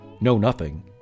Know-Nothing